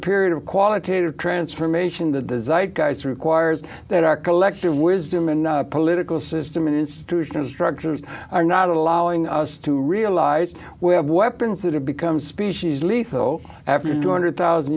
period of qualitative transformation the guys requires that our collective wisdom and political system and institutional structures are not allowing us to realize we have weapons that have become species lethal after two hundred thousand